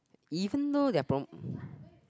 even though they are from